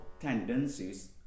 tendencies